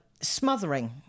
smothering